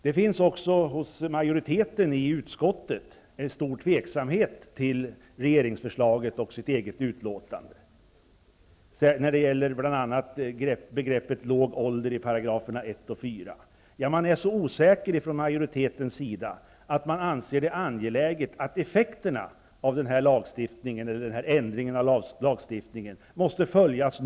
Det finns också hos majoriteten i utskottet en stor tveksamhet till regeringens förslag och utskottets eget betänkande, bl.a. när det gäller begreppet låg ålder i 1 och 4 §§. Man är så osäker, från majoritetens sida, att man anser det som angeläget att effekterna av ändringen av lagstiftningen noga måste följas.